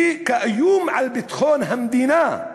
וכאיום על ביטחון המדינה.